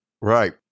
Right